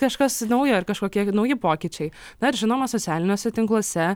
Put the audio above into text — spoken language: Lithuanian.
kažkas naujo ar kažkokie nauji pokyčiai na ir žinoma socialiniuose tinkluose